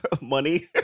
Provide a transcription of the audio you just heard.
money